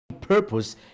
purpose